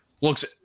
looks